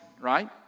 right